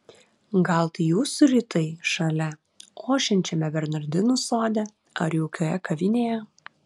gal tai jūsų rytai šalia ošiančiame bernardinų sode ar jaukioje kavinėje